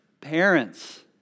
parents